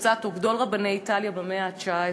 גדול רבני איטליה במאה ה-19.